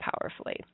powerfully